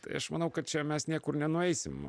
tai aš manau kad čia mes niekur nenueisim